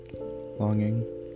longing